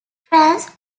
france